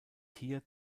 hier